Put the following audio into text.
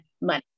money